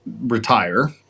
retire